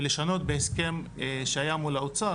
ולשנות בהסכם שהיה מול האוצר,